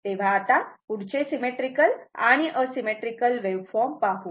तेव्हा आता पुढचे सिमेट्रीकल आणि असिमेट्रीकल वेव्हफॉर्म पाहू